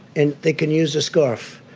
and they can use a scarf.